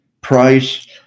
price